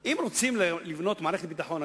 אם רוצים לבנות מערכת ביטחון,